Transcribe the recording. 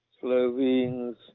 Slovenes